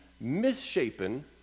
misshapen